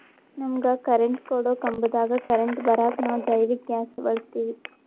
ನಮಗ ಕರೆಂಟ್ ಕೊಡೊ ಕಂಬದಾಗ್ ಕರೆಂಟ್ ಬರಾಕ್ ನಾವ್ ಜೈವಿಕ್ ಗ್ಯಾಸ್ ಬಳಸ್ತೀವಿ